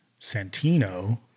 Santino